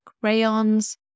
crayons